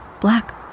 Black